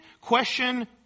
question